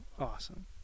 awesome